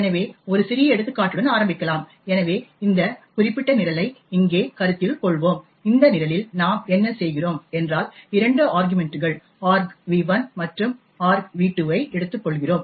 எனவே ஒரு சிறிய எடுத்துக்காட்டுடன் ஆரம்பிக்கலாம் எனவே இந்த குறிப்பிட்ட நிரலை இங்கே கருத்தில் கொள்வோம் இந்த நிரலில் நாம் என்ன செய்கிறோம் என்றால் 2 ஆர்க்யுமன்ட்கள் argv1 மற்றும் argv2 ஐ எடுத்துக்கொள்கிறோம்